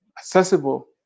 accessible